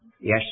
yes